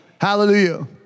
Hallelujah